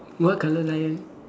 what colour lion